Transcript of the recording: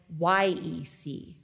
YEC